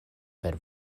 per